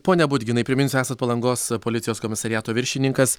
pone budginai priminsiu esat palangos policijos komisariato viršininkas